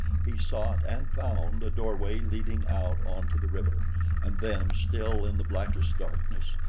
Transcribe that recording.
he sought and found a doorway leading out onto the river and then, still in the blackest darkness,